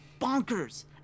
bonkers